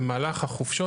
במהלך החופשות,